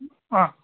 ಹಾಂ